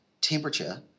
temperature